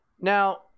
Now